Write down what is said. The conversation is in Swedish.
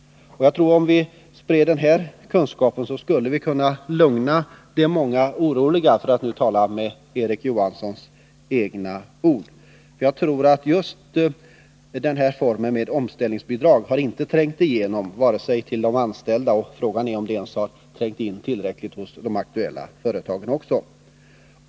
Om vi spred kunskap om detta tror jag att vi skulle kunna lugna de många oroliga — för att nu tala med Erik Johanssons egna ord. Jag tror att stödformen omställningsbidrag inte har trängt fram vare sig till de anställda eller ens till de aktuella företagen.